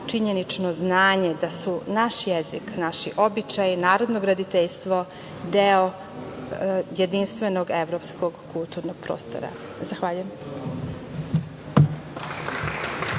činjenično znanje da su naš jezik, naši običaji, narodno graditeljstvo deo jedinstvenog evropskog kulturnog prostora. Zahvaljujem.